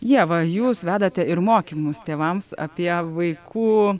ieva jūs vedate ir mokymus tėvams apie vaikų